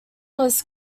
was